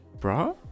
Bra